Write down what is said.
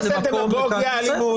למקום --- אז אל תעשה דמגוגיה לאלימות.